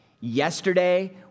yesterday